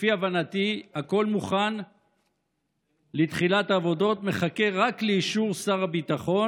לפי הבנתי הכול מוכן לתחילת העבודות ומחכה רק לאישור שר הביטחון.